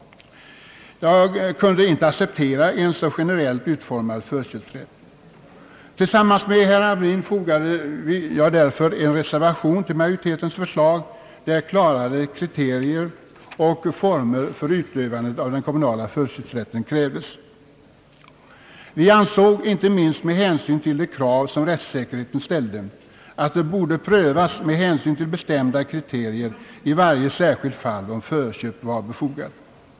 Jag kunde inte acceptera en så generellt utformad förköpsrätt. Tillsammans med herr Hamrin fogade jag därför en reservation till majoritetens förslag, där klarare kriterier och former för utövandet av den kommunala förköpsrätten krävdes. Vi ansåg, inte minst med hänsyn till de krav som rättssäkerheten ställde, att det borde prövas med hänsyn till bestämda kriterier i varje särskilt fall om förköp var befogat.